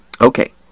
Okay